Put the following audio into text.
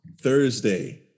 Thursday